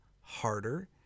harder